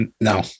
No